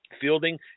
fielding